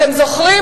אתם זוכרים,